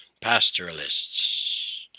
pastoralists